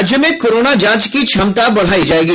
राज्य में कोरोना जांच की क्षमता बढ़ायी जायेगी